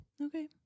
Okay